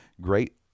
great